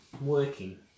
working